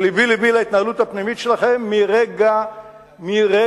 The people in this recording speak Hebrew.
ולבי לבי להתנהלות הפנימית שלכם מרגע קומכם.